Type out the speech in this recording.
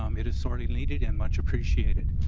um it is sorely needed and much appreciated.